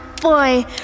Boy